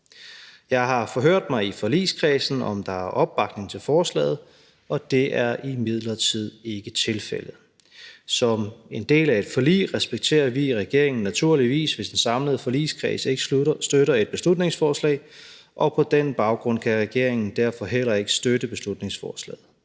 Jeg har forhørt mig i forligskredsen, om der er opbakning til forslagene. Det er imidlertid ikke tilfældet. Som en del af et forlig respekterer vi i regeringen naturligvis, hvis den samlede forligskreds ikke støtter et beslutningsforslag. På den baggrund kan regeringen heller ikke støtte beslutningsforslagene.